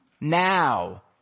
now